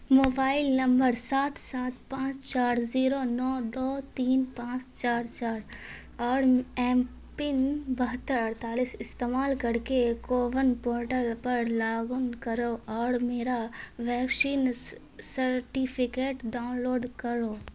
mobile number سات سات پانچ چار زیرو نو دو تین پانچ چار چار اور ایم پن بہتر اڑتالیس استعمال کر کے کوون پورٹل پر لاگ ان کرو اور میرا ویکشین سرٹیفکیٹ ڈاؤن لوڈ کڑو